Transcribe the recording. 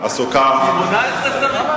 18 שרים?